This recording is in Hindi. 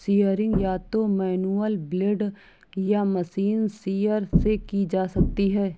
शियरिंग या तो मैनुअल ब्लेड या मशीन शीयर से की जा सकती है